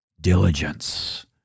diligence